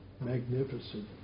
Magnificent